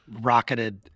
rocketed